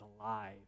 alive